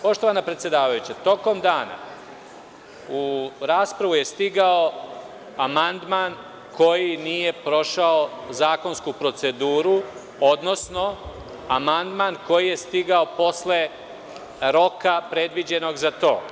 Poštovana predsedavajuća, tokom dana u raspravu je stigao amandman koji nije prošao zakonsku proceduru, odnosno amandman koji je stigao posle roka predviđenog za to.